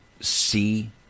see